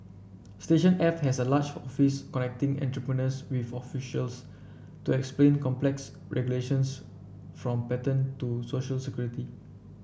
Station F has a large office connecting entrepreneurs with officials to explain complex regulations from patent to social security